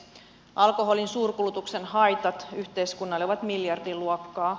alkoholin suurkulutuksen haitat yhteiskunnalle ovat miljardiluokkaa